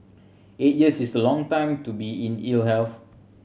eight years is a long time to be in ill health